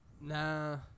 Nah